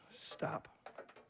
Stop